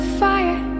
fire